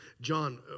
John